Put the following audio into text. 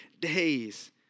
days